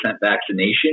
vaccination